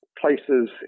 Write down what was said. places